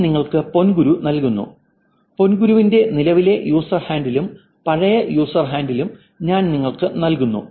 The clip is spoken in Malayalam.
ഞാൻ നിങ്ങൾക്ക് പൊൻങ്കുരു നൽകുന്നു പൊൻങ്കുരുവിന്റെ നിലവിലെ യൂസർ ഹാൻഡിലും പഴയ യൂസർ ഹാൻഡിലുകളും ഞാൻ നിങ്ങൾക്ക് നൽകുന്നു